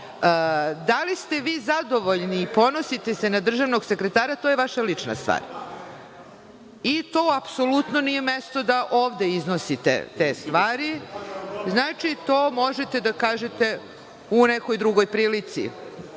da li ste vi zadovoljni i ponosite se na državnog sekretara, to je vaša lična stvar i tome apsolutno nije mesto da ovde iznosite te stvari. To možete da kažete u nekoj drugo prilici,